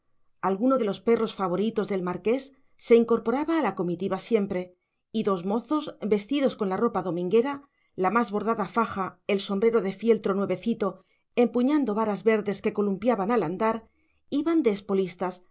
alguno de los perros favoritos del marqués se incorporaba a la comitiva siempre y dos mozos vestidos con la ropa dominguera la más bordada faja el sombrero de fieltro nuevecito empuñando varas verdes que columpiaban al andar iban